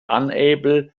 unable